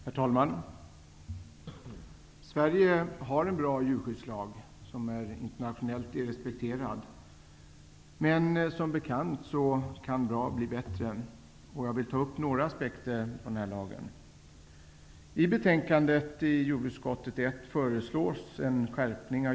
Herr talman! Sverige har en bra djurskyddslag som är internationellt respekterad. Men som bekant kan bra bli bättre. Jag vill ta upp några aspekter på denna lag.